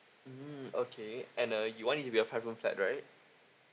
mm okay and uh you want it to be a five room flat right